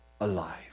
alive